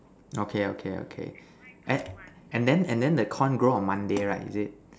okay okay okay and and then and then the corn grow on Monday right is it